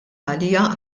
għaliha